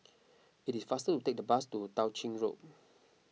it is faster to take the bus to Tao Ching Road